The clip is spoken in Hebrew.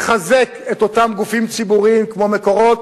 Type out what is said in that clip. לחזק את אותם גופים ציבוריים כמו "מקורות",